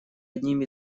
одним